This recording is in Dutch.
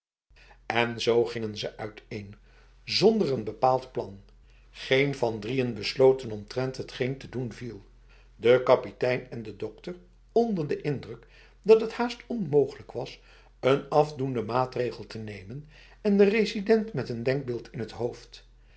en z gingen ze uiteen zonder een bepaald plan geen van drieën besloten omtrent hetgeen te doen viel de kapitein en de dokter onder de indruk dat het haast onmogelijk was een afdoende maatregel te nemen en de resident met een denkbeeld in het hoofd